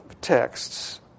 texts